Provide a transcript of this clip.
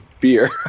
beer